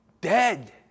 dead